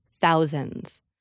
thousands